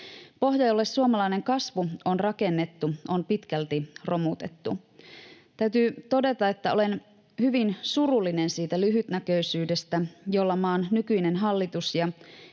Pohja, jolle suomalainen kasvu on rakennettu, on pitkälti romutettu. Täytyy todeta, että olen hyvin surullinen siitä lyhytnäköisyydestä, jolla maan nykyinen hallitus ja